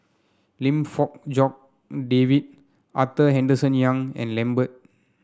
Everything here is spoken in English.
Lim Fong Jock David Arthur Henderson Young and Lambert